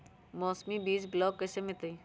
मौसमी बीज ब्लॉक से कैसे मिलताई?